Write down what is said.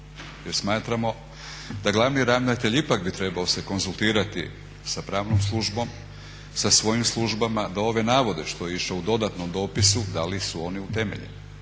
Jer smatramo da glavni ravnatelj ipak bi trebao se konzultirati sa pravnom službom, sa svojim službama da ove navode što je išlo u dodatnom dopisu da li su oni utemeljeni,